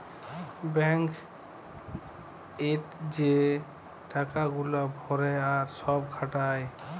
bank এ যে টাকা গুলা ভরে আর সব খাটায়